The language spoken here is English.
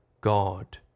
God